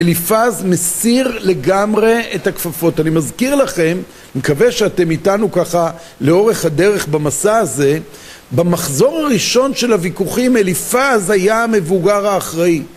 אליפז מסיר לגמרי את הכפפות. אני מזכיר לכם, אני מקווה שאתם איתנו ככה לאורך הדרך במסע הזה, במחזור הראשון של הוויכוחים אליפז היה המבוגר האחראי.